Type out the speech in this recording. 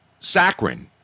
saccharin